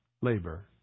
labor